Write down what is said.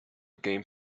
game